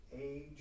Age